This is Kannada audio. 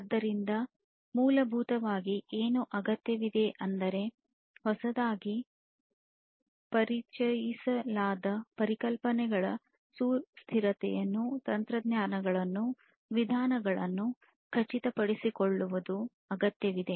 ಆದ್ದರಿಂದ ಮೂಲಭೂತವಾಗಿ ಏನು ಅಗತ್ಯವಿದೆ ಅಂದರೆ ಹೊಸದಾಗಿ ಪರಿಚಯಿಸಲಾದ ಪರಿಕಲ್ಪನೆಗಳ ಸುಸ್ಥಿರತೆಯನ್ನು ತಂತ್ರಜ್ಞಾನಗಳನ್ನು ವಿಧಾನಗಳನ್ನು ಖಚಿತಪಡಿಸಿಕೊಳ್ಳುವುದು ಅಗತ್ಯವಿದೆ